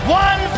one